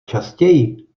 častěji